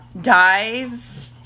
dies